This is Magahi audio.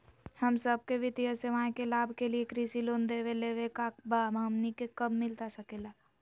हम सबके वित्तीय सेवाएं के लाभ के लिए कृषि लोन देवे लेवे का बा, हमनी के कब मिलता सके ला?